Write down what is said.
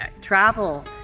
travel